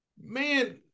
Man